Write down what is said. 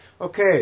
okay